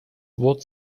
wort